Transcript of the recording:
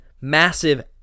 massive